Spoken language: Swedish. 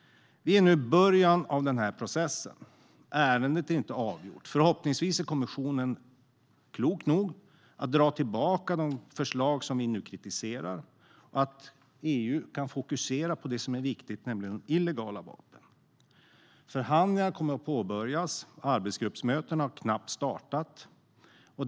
Vi är nu i början av den här processen. Ärendet är inte avgjort. Förhoppningsvis är kommissionen klok nog att dra tillbaka de förslag som vi nu kritiserar så att EU kan fokusera på det som är viktigt, nämligen illegala vapen. Förhandlingar kommer att påbörjas. Arbetsgruppsmöten har knappt startat.